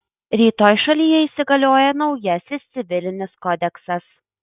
rytoj šalyje įsigalioja naujasis civilinis kodeksas